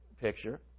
picture